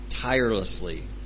tirelessly